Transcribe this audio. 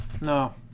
No